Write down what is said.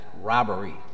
robbery